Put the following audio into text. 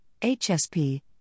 HSP